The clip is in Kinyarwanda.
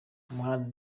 umuhanzi